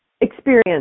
experience